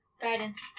Guidance